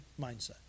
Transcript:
mindset